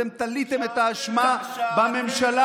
אתם תליתם את האשמה בממשלה.